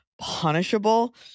punishable